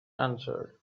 answered